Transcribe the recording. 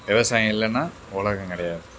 விவசாயம் இல்லைனா உலகம் கிடையாது